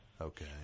Okay